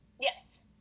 Yes